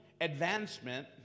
advancement